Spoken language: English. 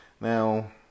now